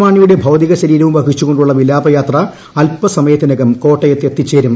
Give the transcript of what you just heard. മാണിയുടെ ഭൌതിക ശരീരവും വഹിച്ചുകൊണ്ടുള്ള വിലാപയാത്ര അൽപസമയത്തിനകം കോട്ടയത്ത് എത്തിച്ചേരും